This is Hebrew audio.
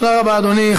תודה רבה, אדוני.